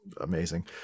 amazing